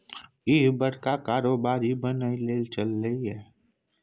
इह बड़का कारोबारी बनय लए चललै ये